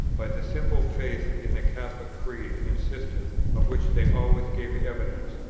by the simple faith in the catholic creed and system, of which they always gave evidence,